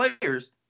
players